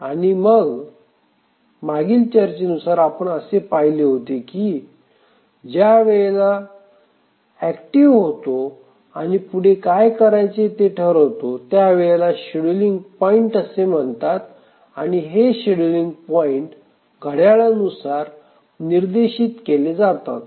आणि आणि मागील चर्चेनुसार आपण असे पाहिले होते की ज्या वेळेला ऍक्टिव्ह होतो आणि पुढे काय करायचे ते ठरवतो त्या वेळेला शेड्युलिंग पॉइंट असे म्हणतात आणि हे शेड्युलिंग पॉईंट घड्याळानुसार निर्देशित केले जातात